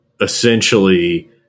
essentially